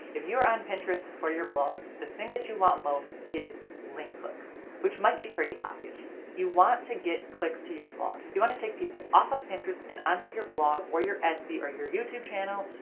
if you're on pinterest for your blog, the thing that you want most is link clicks which might be pretty obvious you want to get clicks to your blog you want to take people off of pinterest, and onto your blog, or your etsy, or your youtube channel,